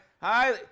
Hi